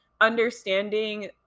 understanding